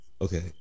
okay